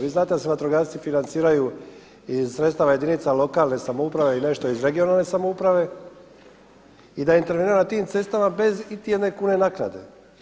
Vi znate da se vatrogasci financiraju iz sredstava jedinica lokalne samouprave i nešto iz regionalne samouprave i da interveniraju na tim cestama bez iti jedne kune naknade.